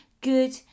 good